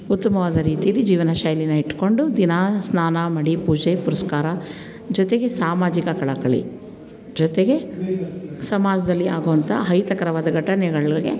ಉತ್ತಮವಾದ ರೀತಿಯಲ್ಲಿ ಜೀವನ ಶೈಲಿನ ಇಟ್ಕೊಂಡು ದಿನ ಸ್ನಾನ ಮಡಿ ಪೂಜೆ ಪುರಷ್ಕಾರ ಜೊತೆಗೆ ಸಾಮಾಜಿಕ ಕಳಕಳಿ ಜೊತೆಗೆ ಸಮಾಜದಲ್ಲಿ ಆಗುವಂಥ ಅಹಿತಕರವಾದ ಘಟನೆಗಳಿಗೆ